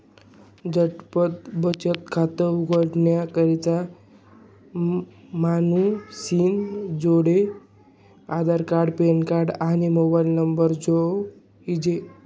झटपट बचत खातं उघाडानी करता मानूसनी जोडे आधारकार्ड, पॅनकार्ड, आणि मोबाईल नंबर जोइजे